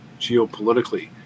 geopolitically